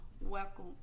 welcome